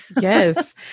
yes